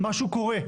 משהו קורה.